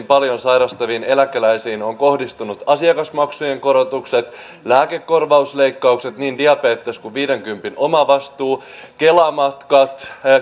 paljon sairastaviin eläkeläisiin on kohdistunut asiakasmaksujen korotukset lääkekorvausleikkaukset niin diabetes kuin viidenkympin omavastuu kela matkat